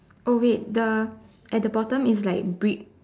oh wait the at the bottom is like brick